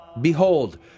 Behold